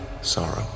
sorrow